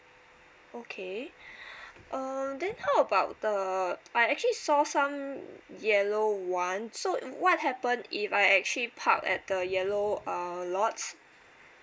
okay uh then how about the I actually saw some yellow one so what happen if I actually park at the yellow uh lots